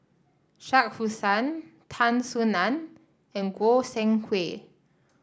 Shah Hussain Tan Soo Nan and Goi Seng Hui